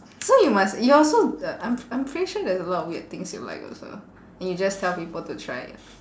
so you must you also uh I'm I'm pretty sure there's a lot of weird things you like also and you just tell people to try